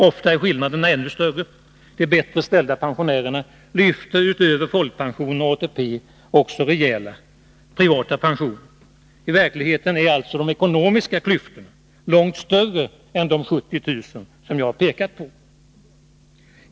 Ofta är skillnaderna ännu större. De bättre ställda pensionärerna lyfter utöver folkpension och ATP också rejäla privata pensioner. I verkligheten är alltså de ekonomiska klyftorna långt större än de 70 000 kr. som jag pekat på.